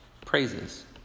praises